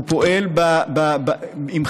הוא פועל עם חקיקה,